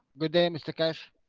good day, mr. keshe.